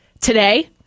today